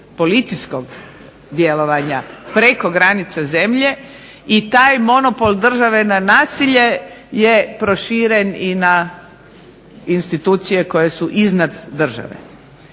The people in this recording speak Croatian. policijskog djelovanja preko granice zemlje i taj monopol države na nasilje je proširen i na institucije koje su iznad države.